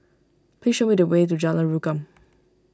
please show me the way to Jalan Rukam